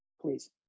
please